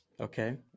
Okay